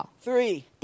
Three